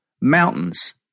mountains